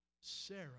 Sarah